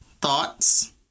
thoughts